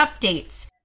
updates